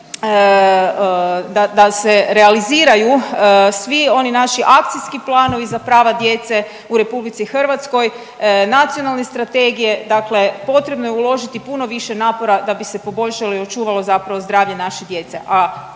da se realiziraju svi oni naši akcijski planovi za prava djece u RH, nacionalne strategije, dakle potrebno je uložiti puno više napora da bi se poboljšalo i očuvalo zapravo zdravlje naše djece,